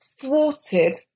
thwarted